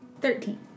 Thirteen